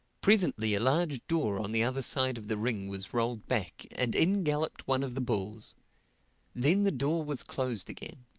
presently a large door on the other side of the ring was rolled back and in galloped one of the bulls then the door was closed again.